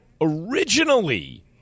originally